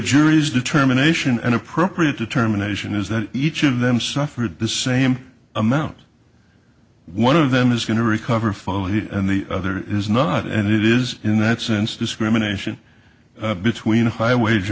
jury's determination and appropriate determination is that each of them suffered the same amount one of them is going to recover fall here and the other is not and it is in that sense discrimination between high wage